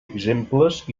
exemples